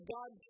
God